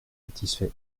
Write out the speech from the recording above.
satisfait